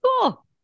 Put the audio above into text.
cool